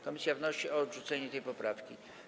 Komisja wnosi o odrzucenie tej poprawki.